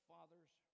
Father's